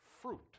fruit